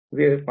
वेळ ५